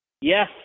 Yes